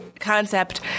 concept